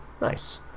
Nice